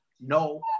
no